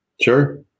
Sure